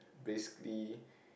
basically